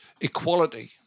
equality